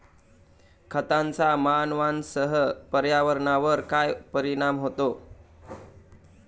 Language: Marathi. खतांचा मानवांसह पर्यावरणावर काय परिणाम होतो?